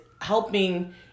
helping